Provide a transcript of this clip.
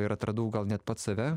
ir atradau gal net pats save